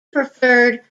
preferred